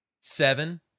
seven